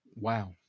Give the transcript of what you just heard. Wow